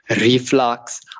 reflux